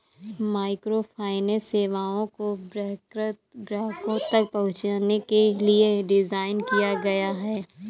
microfinance सेवाओं को बहिष्कृत ग्राहकों तक पहुंचने के लिए डिज़ाइन किया गया है